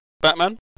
Batman